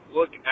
look